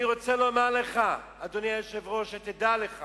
אני רוצה לומר לך, אדוני היושב-ראש, שתדע לך